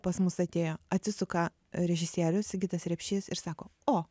pas mus atėjo atsisuka režisierius sigitas repšys ir sako o